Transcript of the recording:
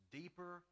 deeper